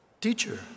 Teacher